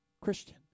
Christian